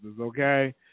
okay